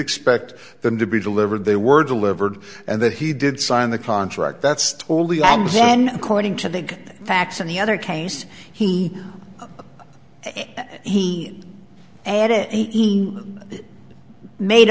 expect them to be delivered they were delivered and that he did sign the contract that's totally and then according to the facts and the other case he he h